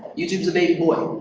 youtube is a baby boy.